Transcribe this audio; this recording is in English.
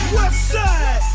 Westside